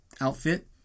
outfit